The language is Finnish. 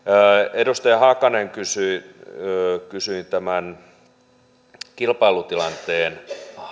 edustaja hakanen kysyi kysyi tämän kilpailutilanteen